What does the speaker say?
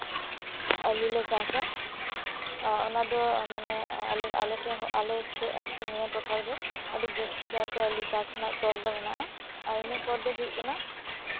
ᱟᱹᱞᱩ ᱞᱮ ᱪᱟᱥᱼᱟ ᱚᱱᱟ ᱫᱚ ᱢᱟᱱᱮ ᱟᱞᱮ ᱴᱷᱮᱱ ᱦᱚᱸ ᱟᱞᱮ ᱥᱮᱫ ᱟᱨᱠᱤ ᱱᱤᱭᱟᱹ ᱴᱚᱴᱷᱟ ᱨᱮᱫᱚ ᱟᱹᱰᱤ ᱡᱟᱹᱥᱛᱤ ᱠᱟᱭᱛᱮ ᱟᱹᱞᱩ ᱪᱟᱥ ᱨᱮᱱᱟᱜ ᱪᱚᱞ ᱫᱚ ᱢᱮᱱᱟᱜᱼᱟ ᱟᱨ ᱤᱱᱟᱹ ᱯᱚᱨ ᱫᱚ ᱦᱩᱭᱩᱜ ᱠᱟᱱᱟ